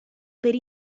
per